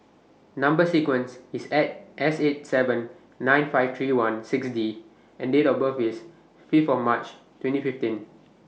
Number sequence IS eight S eight seven nine five three one six D and Date of birth Fifth of March twenty fifteen